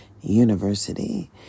university